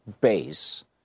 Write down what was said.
base